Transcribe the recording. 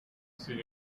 sin